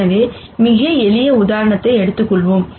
எனவே மிக எளிய உதாரணத்தை எடுத்துக் கொள்வோம்